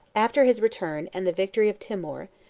after his return, and the victory of timour,